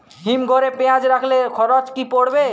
হিম ঘরে পেঁয়াজ রাখলে খরচ কি পড়বে?